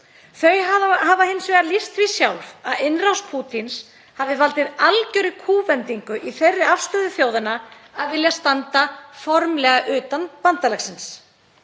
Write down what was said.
Þau hafa hins vegar lýst því sjálf að innrás Pútíns hafi valdið algjörri kúvendingu í þeirri afstöðu þjóðanna að vilja standa formlega utan bandalagsins.